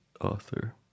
author